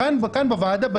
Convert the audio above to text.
כאן בוועדה.